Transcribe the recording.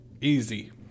Easy